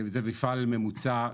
זה מפעל ממוצע,